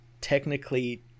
technically